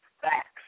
Facts